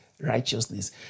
righteousness